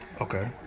Okay